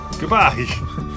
goodbye